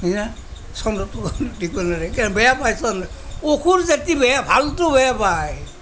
হয়নে চন্দ্ৰটোক দেখিব নোৱাৰে বেয়া পায় চন্দ্ৰটোক অসুৰ জাতি বেয়া ভালটো বেয়া পায়